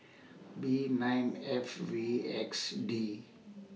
B nine F V X D